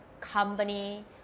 company